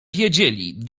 wiedzieli